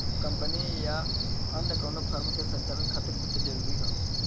company या अन्य कउनो फर्म के संचालन खातिर वित्त जरूरी हौ